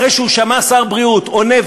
אחרי שהוא שמע שר בריאות עונה,